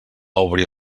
obrir